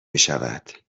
میشود